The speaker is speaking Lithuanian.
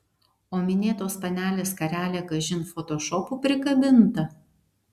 o minėtos panelės skarelė kažin fotošopu prikabinta